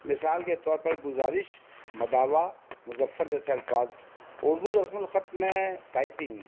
مثال کے طور پر گزارش مداوا مظفر جیسے الفاظ اردو رسم الخط میں ٹائپنگ